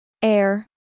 Air